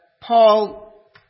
Paul